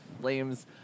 flames